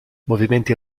movimenti